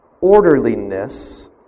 orderliness